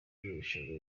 irushanwa